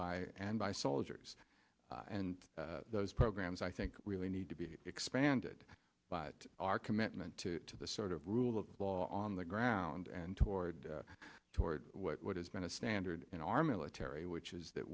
by and by soldiers and those programs i think really need to be expanded but our commitment to the sort of rule of law on the ground and toward toward what has been a standard in our military which is that